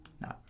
No